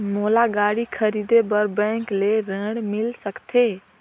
मोला गाड़ी खरीदे बार बैंक ले ऋण मिल सकथे?